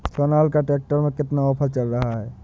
Sonalika tractor में कितना offer चल रहा है?